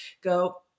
go